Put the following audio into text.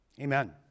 Amen